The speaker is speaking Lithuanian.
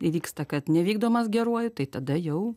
įvyksta kad nevykdomas geruoju tai tada jau